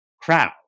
crowd